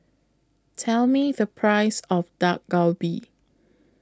Tell Me The Price of Dak Galbi